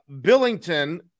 Billington